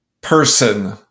person